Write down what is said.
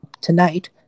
Tonight